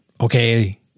okay